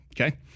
okay